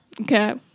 okay